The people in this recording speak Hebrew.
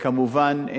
כמובן,